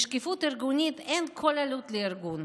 לשקיפות ארגונית אין שום עלות לארגון,